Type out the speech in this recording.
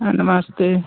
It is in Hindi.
हाँ नमस्ते